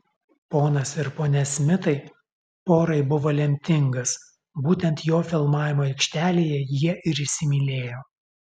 ponas ir ponia smitai porai buvo lemtingas būtent jo filmavimo aikštelėje jie ir įsimylėjo